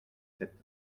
sept